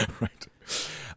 Right